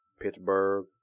Pittsburgh